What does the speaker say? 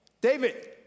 David